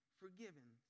forgiven